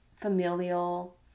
familial